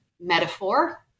metaphor